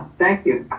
thank you.